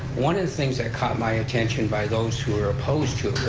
one of the things that caught my attention by those who were opposed to